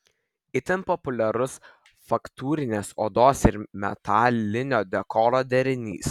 itin populiarus faktūrinės odos ir metalinio dekoro derinys